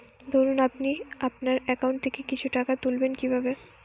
ধরুন আপনি আপনার একাউন্ট থেকে কিছু টাকা তুলবেন কিভাবে?